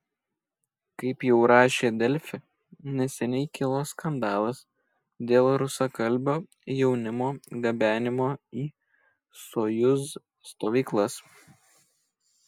kaip jau rašė delfi neseniai kilo skandalas dėl rusakalbio jaunimo gabenimo į sojuz stovyklas